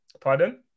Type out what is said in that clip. Pardon